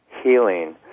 healing